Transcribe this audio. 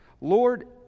Lord